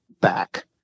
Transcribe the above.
back